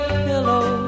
pillow